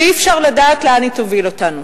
שאי-אפשר לדעת לאן היא תוביל אותנו.